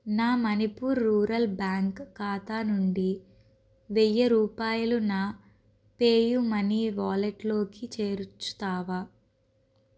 నా Manipur rural bank ఖాతా నుండి వెయ్యి రూపాయలు నా పేయూ మనీ వాలెట్లోకి చేర్చుతావా